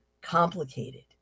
complicated